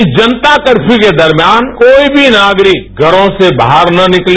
इस जनता कर्फ्यू के दौरान कोई भी नागरिक घरों से बाहर न निकले